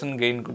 gain